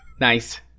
Nice